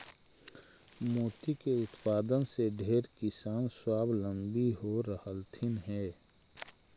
मोती के उत्पादन से ढेर किसान स्वाबलंबी हो रहलथीन हे